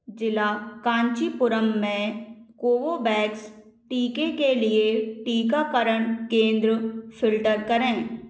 ज़िला कांचीपुरम में कोवोवैक्स टीके के लिए टीकाकरण केंद्र फ़िल्टर करें